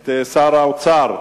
את שר האוצר,